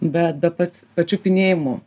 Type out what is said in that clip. bet be pat pačiupinėjimų